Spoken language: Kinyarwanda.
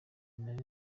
nari